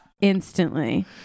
instantly